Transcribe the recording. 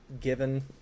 given